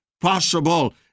possible